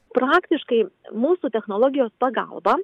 praktiškai mūsų technologijos pagalba